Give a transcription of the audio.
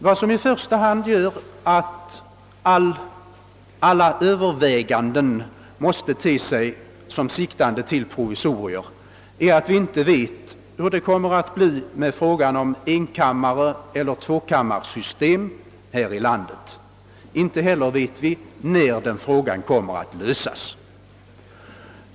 Vad som i första hand gör att alla överväganden härvidlag måste sikta till provisorier är att vi inte vet hur och när frågan om enkammareller tvåkammarsystem kommer att lösas.